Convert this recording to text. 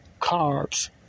carbs